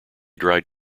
dried